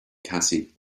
cassie